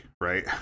right